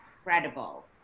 incredible